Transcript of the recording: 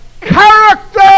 character